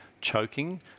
choking